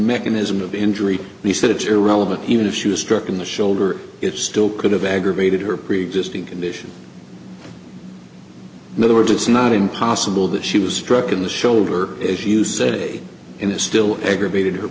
mechanism of injury he said it's irrelevant even if she was struck in the shoulder it still could have aggravated her preexisting condition in other words it's not impossible that she was struck in the shoulder as you say in the still aggravated her